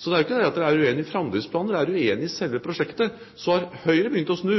Så det er ikke det at Fremskrittspartiet er uenig i framdriftsplanen, de er uenig i selve prosjektet. Høyre har begynt å snu,